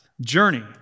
journey